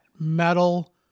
metal